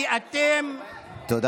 כי אתם, יש לי זכות תשובה, אדוני היו"ר.